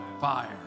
fire